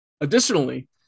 Additionally